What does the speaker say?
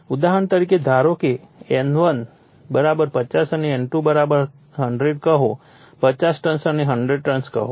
ઉદાહરણ તરીકે ધારો કે N1 50 અને N2 100 કહો 50 ટર્ન્સ અને 100 ટર્ન્સ કહો